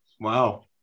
Wow